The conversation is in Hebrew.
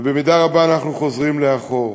במידה רבה, אנחנו חוזרים לאחור.